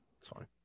Sorry